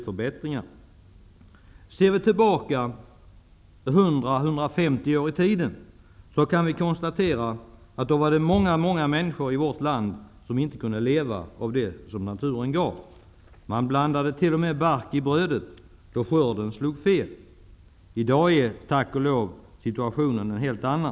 För 100 eller 150 år tillbaka i tiden var det många människor som inte kunde leva av det som naturen gav. Man blandade t.o.m. bark i brödet då skörden slog fel. I dag är, tack och lov, situationen en helt annan.